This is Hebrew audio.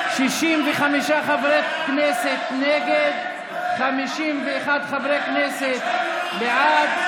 65 חברי כנסת נגד, 51 חברי כנסת בעד.